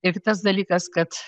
ir tas dalykas kad